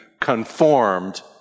conformed